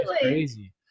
crazy